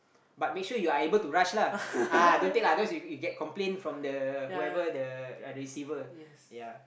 but make sure you are able to rush lah ah don't take lah cos you you get complain from the whoever the uh receiver ya